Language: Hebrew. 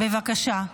בבקשה.